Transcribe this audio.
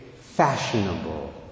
fashionable